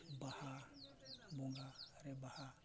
ᱵᱟᱦᱟ ᱵᱚᱸᱜᱟ ᱮᱨ ᱵᱟᱦᱟ